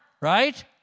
right